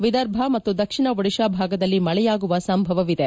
ವಿದರ್ಭ ಮತ್ತು ದಕ್ಷಿಣ ಒಡಿಶಾ ಭಾಗದಲ್ಲಿ ಮಳೆಯಾಗುವ ಸಂಭವವಿದೆ